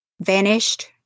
vanished